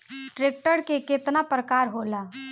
Tractor के केतना प्रकार होला?